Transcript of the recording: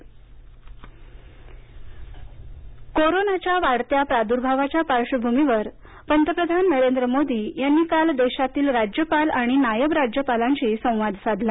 राज्यपाल कोरोनाच्या वाढत्या प्रादूर्भावाच्या पार्क्षभूमीवर पंतप्रधान नरेंद्र मोदी यांनी काल देशातील राज्यपाल आणि नायब राज्यपाल यांच्यांशी संवाद साधला